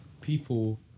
people